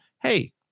hey